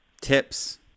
Tips